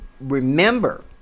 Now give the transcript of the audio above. remember